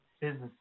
business